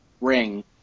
ring